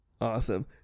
Awesome